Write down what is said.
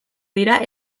dira